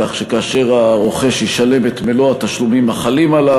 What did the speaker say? כך שכאשר הרוכש ישלם את מלוא התשלומים החלים עליו,